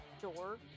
sure